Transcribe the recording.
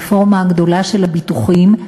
הרפורמה הגדולה של הביטוחים,